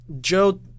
Joe